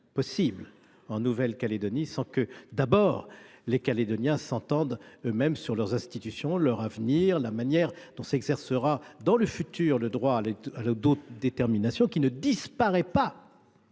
possible en Nouvelle Calédonie sans que les Calédoniens s’entendent eux mêmes sur leurs institutions, leur avenir et la manière dont s’exercera dans le futur le droit à l’autodétermination. En effet, celui ci ne disparaît pas